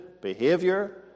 behavior